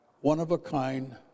one-of-a-kind